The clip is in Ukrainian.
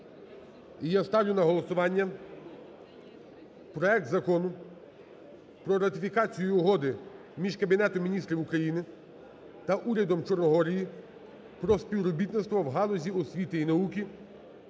я ставлю на голосування проект Закону про ратифікацію Угоди між Кабінетом Міністрів України та Урядом Чорногорії про співробітництво в галузі освіти і науки,